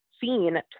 seen